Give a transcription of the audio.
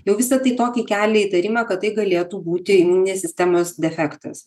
jau visa tai tokį kelia įtarimą kad tai galėtų būti imuninės sistemos defektas